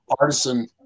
artisan